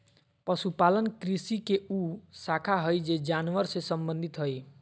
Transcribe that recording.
पशुपालन कृषि के उ शाखा हइ जे जानवर से संबंधित हइ